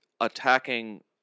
attacking